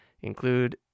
include